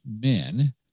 men